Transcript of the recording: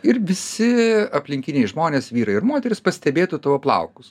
ir visi aplinkiniai žmonės vyrai ir moterys pastebėtų tavo plaukus